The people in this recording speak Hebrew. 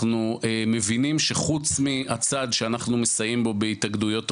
אנחנו מבינים שחוץ מהצעד שאנחנו מסייעים בו בהתאגדויות עובדים,